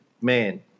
man